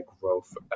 growth